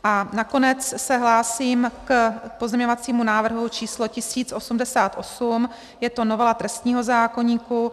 A nakonec se hlásím k pozměňovacímu návrhu číslo 1088, je to novela trestního zákoníku.